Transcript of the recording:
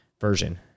version